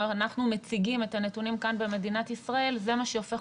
או אנחנו מציגים את הנתונים כאן במדינת ישראל זה מה שהופך